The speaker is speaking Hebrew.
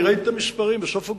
ראיתי את המספרים בסוף אוגוסט,